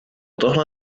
tohle